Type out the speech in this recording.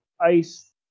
ice